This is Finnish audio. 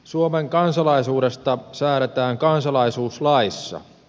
suomen kansalaisuudesta säädetään kansalaisuuslaissa